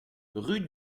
rue